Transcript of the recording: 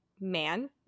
man